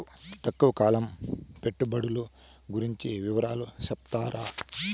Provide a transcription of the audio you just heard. తక్కువ కాలం పెట్టుబడులు గురించి వివరాలు సెప్తారా?